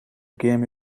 game